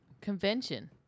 convention